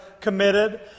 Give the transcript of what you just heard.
committed